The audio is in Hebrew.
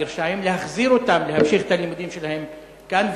להחזיר אותם להמשיך את הלימודים שלהם כאן,